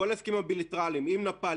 כל הסכמים הבילטרליים עם נפאל,